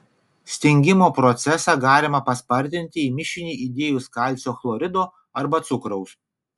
stingimo procesą galima paspartinti į mišinį įdėjus kalcio chlorido arba cukraus